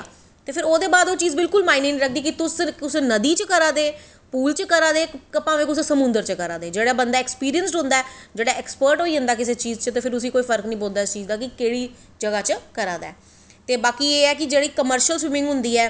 ते फिर ओह्दे बाद ओह् चीज़ बिल्कुल मायनें नी रखदी कि तुस नदी च करा दे पूल च करा दे भामें कुसै समुन्दर च करा दे जेह्ड़ा बंदा ऐक्सपिरिंसड होंदा ऐ जेह्ड़ा ऐक्सप्रट होई जंदा किसे चीज़ च ते फिर केह्ड़ी जगाह् च करा दा ऐ ते बाकी एह् ऐ कि जेह्ड़ी कमर्शियल स्विमिंग होंदी ऐ